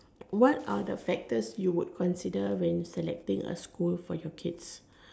what are the factors you would consider when selecting a school for your kids